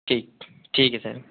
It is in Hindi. ठीक ठीक है सर